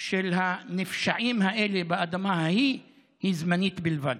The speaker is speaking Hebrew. של הנפשעים האלה באדמה ההיא היא זמנית בלבד.